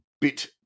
bit